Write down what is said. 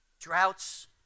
droughts